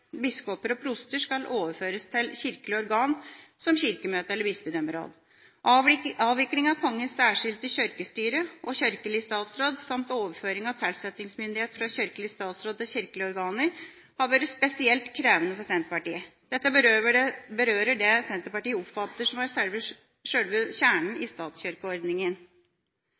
biskoper og proster skal overføres til «kirkelig organ som kirkemøte eller bispedømmeråd». Avvikling av Kongens særskilte kirkestyre og kirkelig statsråd samt overføring av tilsettingsmyndighet fra kirkelig statsråd til kirkelige organer har vært spesielt krevende for Senterpartiet. Dette berører det Senterpartiet oppfatter er selve kjernen i statskirkeordninga. Dagens ordning har bidratt til et mangfold i